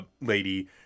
lady